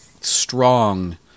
strong